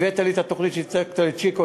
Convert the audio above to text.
הבאת לי את התוכנית שהצגת לצ'יקו,